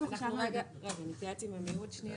רגע נתייעץ עם עמיהוד שנייה.